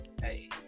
Hey